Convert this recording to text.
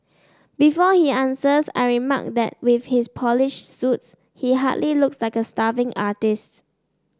before he answers I remark that with his polished suits he hardly looks like a starving artists